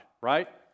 right